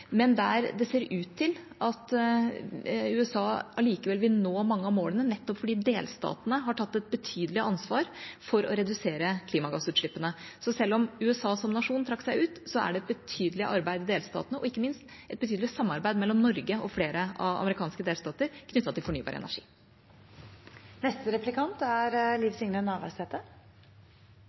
Det ser ut til at USA allikevel vil nå mange av målene, nettopp fordi delstatene har tatt et betydelig ansvar for å redusere klimagassutslippene. Så selv om USA som nasjon trakk seg ut, er det et betydelig arbeid i delstatene og ikke minst et betydelig samarbeid mellom Norge og flere amerikanske delstater knyttet til fornybar energi.